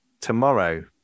tomorrow